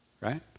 right